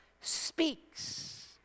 speaks